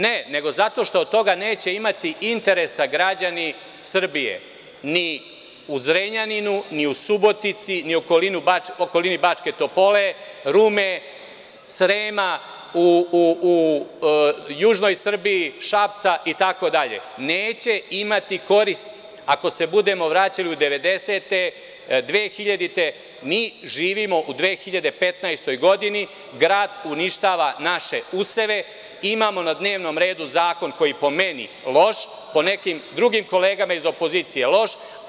Ne, nego zato što od toga neće imati interesa građani Srbije, ni u Zrenjaninu, ni u Subotici, ni okolina Bačke Topole, Rume, Srema, u Južnoj Srbiji, neće imati koristi ako se budemo vraćali u 90 – te , 2000. godine, mi živimo u 2015. godini i grad uništava naše useve i imamo na dnevnom redu zakon koji pomeni, jeste loš, a po nekim drugim kolegama iz opozicije je isto loš.